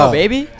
baby